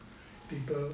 people